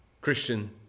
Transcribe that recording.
Christian